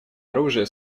оружие